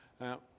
Now